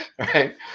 right